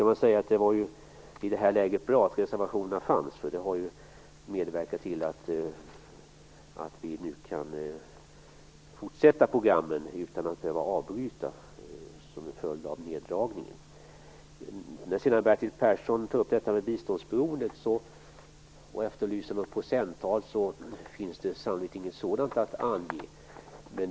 I det här läget var det bra att det fanns reservationer, eftersom de har bidragit till att vi nu inte behöver avbryta programmen som en följd av neddragningen. Bertil Persson tog upp detta med biståndsberoende och efterlyste ett procenttal. Det finns sannolikt inget sådant att ange.